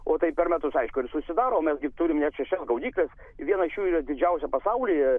o tai per metus aišku ir susidaro mes gi turim net šešias gaudykles viena iš jų yra didžiausia pasaulyje